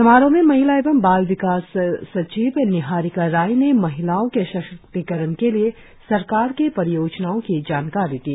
समारोह में महिला एवं बाल विकास सचिव निहारिका राय ने महिलाओं के सशक्तिकरण के लिए सरकार के परियोजनाओं की जानकारी दी